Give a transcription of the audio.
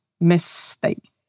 mistake